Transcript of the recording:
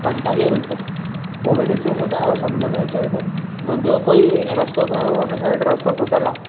पंतालीह मिंट पोइ बि ॾिसो ॿुधायो सम्झ में अचेव त मां ॿियो कोई रस्तो खयो हुन साइड रस्तो टुटल आहे